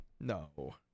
No